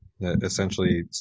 essentially